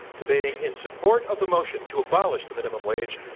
debating in support of the motion, to abolish the minimum wage,